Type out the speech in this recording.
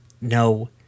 No